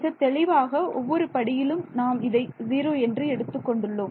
மிகத் தெளிவாக ஒவ்வொரு படியிலும் நாம் இதை ஜீரோ என்று எடுத்துக் கொண்டுள்ளோம்